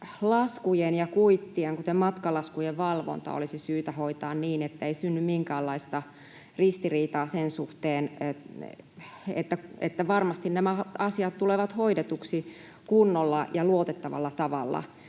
laskujen ja kuittien, kuten matkalaskujen, valvonta olisi syytä hoitaa niin, ettei synny minkäänlaista ristiriitaa sen suhteen, että varmasti nämä asiat tulevat hoidetuiksi kunnolla ja luotettavalla tavalla.